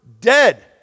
dead